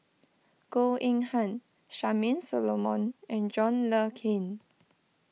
Goh Eng Han Charmaine Solomon and John Le Cain